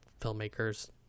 filmmakers